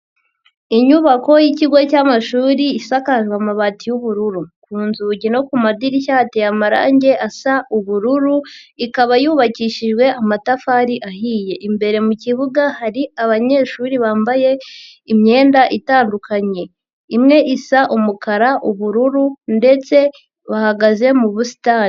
Inyubako y'ikigo cy'amashuri isakajwe amabati y'ubururu. Ku nzugi no ku madirishya hateye amarangi asa ubururu, ikaba yubakishijwe amatafari ahiye. Imbere mu kibuga hari abanyeshuri bambaye imyenda itandukanye. Imwe isa umukara, ubururu ndetse bahagaze mu busitani.